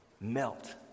melt